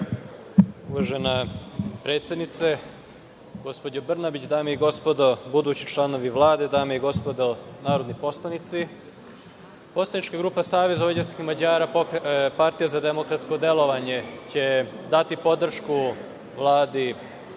Uvažena predsednice, gospođo Brnabić, dame i gospodo budući članovi Vlade, dame i gospodo narodni poslanici, Poslanička grupa Savez vojvođanskih Mađara, Partija za demokratsko delovanje će dati podršku Vladi